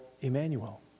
Emmanuel